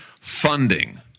funding